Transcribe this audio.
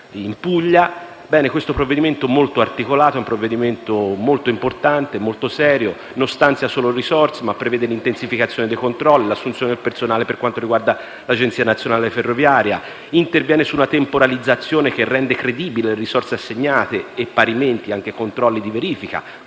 in Puglia. Ebbene, questo provvedimento, molto articolato, molto importante e molto serio, non stanzia solo risorse ma prevede l'intensificazione dei controlli, l'assunzione di personale per quanto riguarda l'Agenzia nazionale per la sicurezza delle ferrovie, interviene su una temporalizzazione che rende credibile le risorse assegnate e prevede parimenti anche controlli di verifica